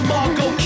Marco